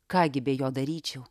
ką gi be jo daryčiau